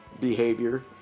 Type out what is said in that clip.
behavior